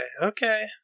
okay